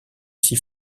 s’y